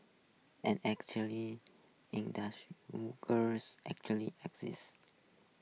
an actually girls actually exist